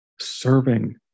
serving